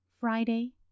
Friday